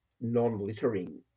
non-littering